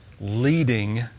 leading